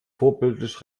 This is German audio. vorbildlich